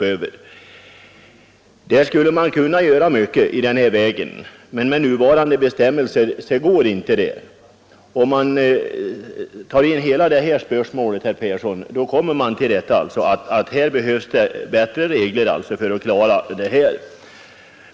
I fråga om dem skulle man kunna göra mycket på denna väg, men med nuvarande bestämmelser går det inte. Om man även tar in hela denna fråga, kommer man fram till att det här behövs bättre regler.